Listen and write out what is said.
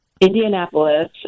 Indianapolis